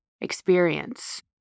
experience